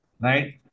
right